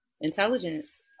Intelligence